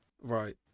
Right